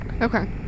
okay